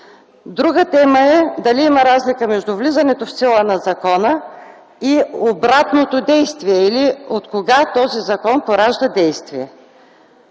Друга тема е дали има разлика между влизането в сила на закона и обратното действие, или откога този закон поражда действие.